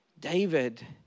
David